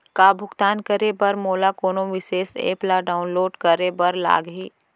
का भुगतान करे बर मोला कोनो विशेष एप ला डाऊनलोड करे बर लागही